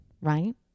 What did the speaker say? Right